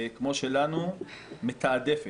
כמו שלנו, מתעדפת.